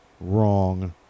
wrong